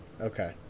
okay